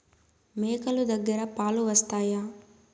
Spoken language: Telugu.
మేక లు దగ్గర పాలు వస్తాయా?